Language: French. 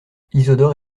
isidore